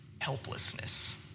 helplessness